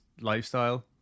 lifestyle